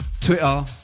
Twitter